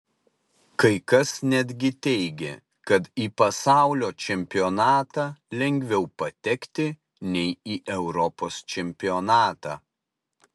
kai kas netgi teigė kad į pasaulio čempionatą lengviau patekti nei į europos čempionatą